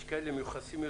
יש כאלה שמיוחסים יותר.